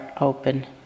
open